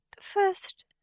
first